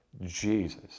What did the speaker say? Jesus